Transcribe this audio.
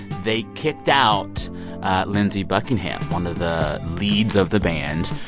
they kicked out lindsey buckingham, one of the leads of the band,